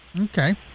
Okay